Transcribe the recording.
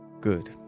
Good